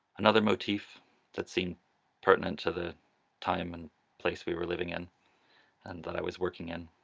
another motif that seemed pertinent to the time and place we were living in and that i was working in